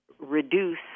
reduce